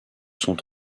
sont